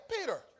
Peter